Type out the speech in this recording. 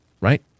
right